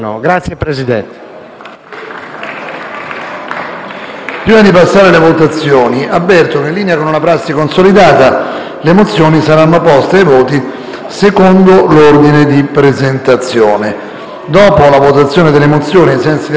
Prima di passare alla votazione, avverto che, in linea con una prassi consolidata, le mozioni saranno poste ai voti secondo l'ordine di presentazione. Dopo la votazione delle mozioni, ai sensi dell'articolo 160 del Regolamento,